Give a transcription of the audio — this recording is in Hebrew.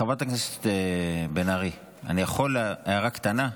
חברת הכנסת בן ארי, אני יכול הערה קטנה?